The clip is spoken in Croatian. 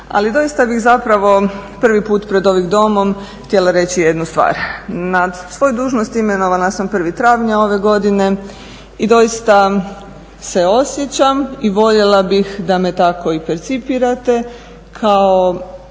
Ali doista bih zapravo prvi put pred ovim Domom htjela reći jednu stvar. Na svoju dužnost imenovana sam 1. travnja ove godine i doista se osjećam i voljela bih da me tako i percipirate kao